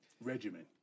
Regimen